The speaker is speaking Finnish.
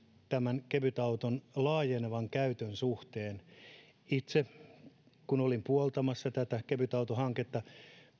tämän kevytauton käytön laajenevan itse kun olin puoltamassa tätä kevytautohanketta